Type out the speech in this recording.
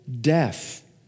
death